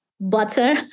butter